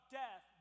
death